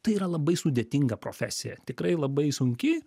tai yra labai sudėtinga profesija tikrai labai sunki